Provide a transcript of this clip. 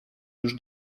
już